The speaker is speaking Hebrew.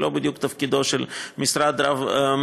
זה לא בדיוק תפקידו של משרד ממשלתי,